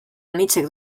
anitzek